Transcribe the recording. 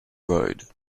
road